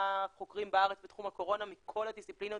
מה חוקרים בארץ בתחום הקורונה מכל הדיסציפלינות